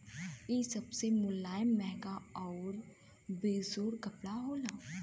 इ सबसे मुलायम, महंगा आउर बेजोड़ कपड़ा होला